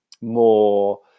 more